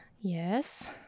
Yes